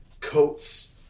coats